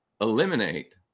eliminate